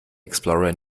explorer